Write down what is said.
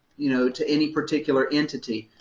you know, to any particular entity,